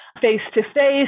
face-to-face